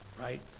right